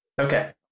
okay